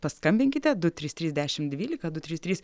paskambinkite du trys trys dešim dvylika du trys trys